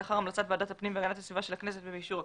לאחר המלצת ועדת הפנים והגנת הסביבה של הכנסת ובאישור הכנסת,